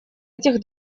этих